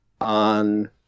on